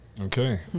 okay